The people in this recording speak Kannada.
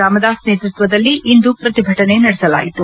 ರಾಮದಾಸ್ ನೇತೃತ್ವದಲ್ಲಿ ಇಂದು ಪ್ರತಿಭಟನೆ ನಡೆಸಲಾಯಿತು